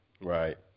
Right